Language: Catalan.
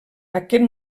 aquest